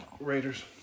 Raiders